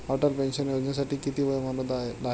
Atal pension योजनेसाठी किती वयोमर्यादा आहे?